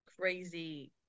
crazy